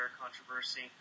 controversy